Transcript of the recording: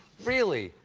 really,